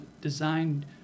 designed